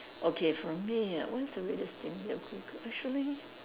okay from me ah what is the weirdest thing that I Google actually